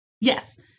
Yes